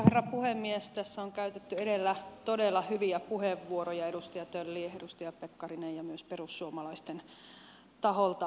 tässä on käytetty edellä todella hyviä puheenvuoroja edustaja töllin edustaja pekkarisen ja myös perussuomalaisten taholta